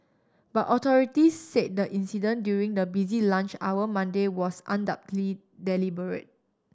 but authorities said the incident during the busy lunch hour Monday was undoubtedly deliberate